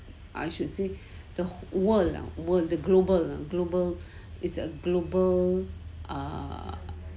I should say the world world the global global it's a global err